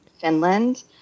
Finland